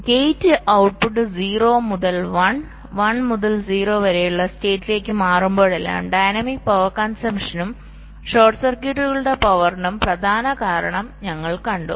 അതിനാൽ gate output 0 മുതൽ 1 1 മുതൽ 0 വരെയുള്ള സ്റ്റേറ്റിലേക്ക് മാറുമ്പോഴെല്ലാം ഡൈനാമിക് പവർ കൺസംപ്ഷനും ഷോർട്ട് സർക്യൂട്ടുകളുടെ പവറിനും പ്രധാന കാരണം ഞങ്ങൾ കണ്ടു